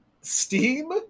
steam